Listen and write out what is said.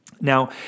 now